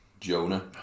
Jonah